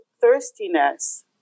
thirstiness